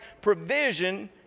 provision